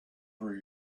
for